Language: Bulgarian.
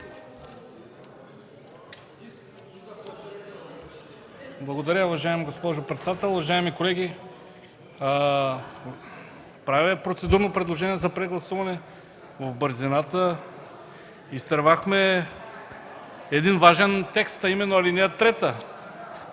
Благодаря, уважаема госпожо председател. Уважаеми колеги, правя процедурно предложение за прегласуване. В бързината изтървахме един важен текст, а именно ал. 3.